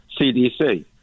CDC